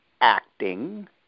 acting